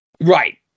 Right